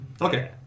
Okay